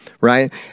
right